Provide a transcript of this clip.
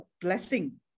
blessing